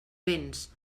vents